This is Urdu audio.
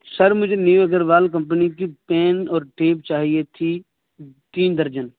سر مجھے نیو اگروال کمپنی کی پین اور ٹیپ چاہیے تھی تین درجن